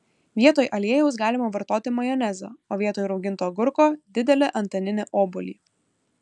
vietoj aliejaus galima vartoti majonezą o vietoj rauginto agurko didelį antaninį obuolį